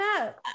up